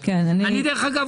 צריך לשמוע גם את הקול של השטח,